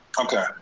Okay